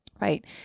right